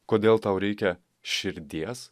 kodėl tau reikia širdies